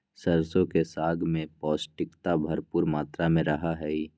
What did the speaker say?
सरसों के साग में पौष्टिकता भरपुर मात्रा में रहा हई